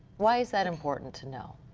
why is that important to know?